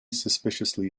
suspiciously